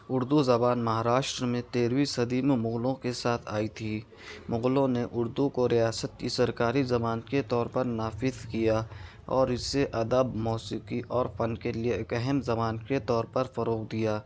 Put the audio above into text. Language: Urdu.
اردو زبان مہاراشٹر میں تیرہویں صدی میں مغلوں کے ساتھ آئی تھی مغلوں نے اردو کو ریاست کی سرکاری زبان کے طور پر نافذ کیا اور اس سے ادب موسیقی اور فن کے لئے ایک اہم زبان کے طور پر فروغ دیا